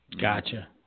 Gotcha